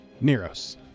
Neros